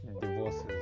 divorces